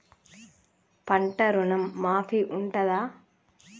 పంట ఋణం మాఫీ ఉంటదా?